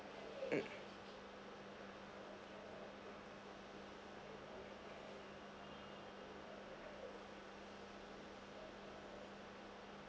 mm